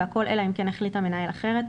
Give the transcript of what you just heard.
והכול אלא אם כן החליט המנהל אחרת,